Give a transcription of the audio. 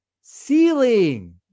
Ceiling